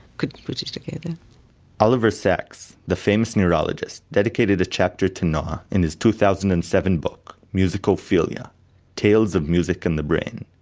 couldn't put it together oliver sacks, the famous neurologist, dedicated a chapter to noa in his two thousand and seven book musicophilia tales of music and the brain.